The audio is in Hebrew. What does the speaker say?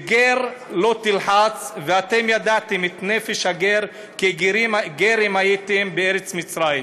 "וגר לא תלחץ וידעתם את נפש הגר כי גרים הייתם בארץ מצרים".